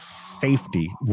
safety